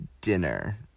dinner